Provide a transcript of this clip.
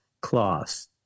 clause